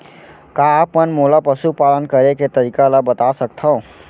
का आप मन मोला पशुपालन करे के तरीका ल बता सकथव?